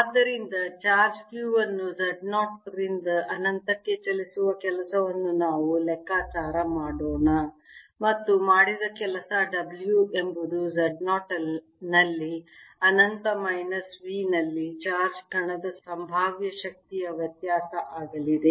ಆದ್ದರಿಂದ charge q ಅನ್ನು Z0 ರಿಂದ ಅನಂತಕ್ಕೆ ಚಲಿಸುವ ಕೆಲಸವನ್ನು ನಾವು ಲೆಕ್ಕಾಚಾರ ಮಾಡೋಣ ಮತ್ತು ಮಾಡಿದ ಕೆಲಸ W ಎಂಬುದು Z0 ನಲ್ಲಿ ಅನಂತ ಮೈನಸ್V ನಲ್ಲಿ ಚಾರ್ಜ್ ಕಣದ ಸಂಭಾವ್ಯ ಶಕ್ತಿಯ ವ್ಯತ್ಯಾಸ ಆಗಲಿದೆ